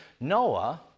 Noah